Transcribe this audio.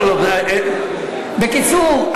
בקיצור,